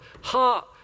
heart